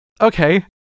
okay